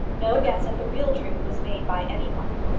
no guess at the real truth was made by any one.